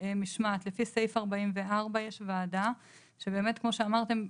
לפי סעיף 44 יש ועדה שבאמת כמו שאמרתן,